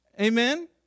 Amen